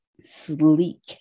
sleek